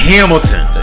Hamilton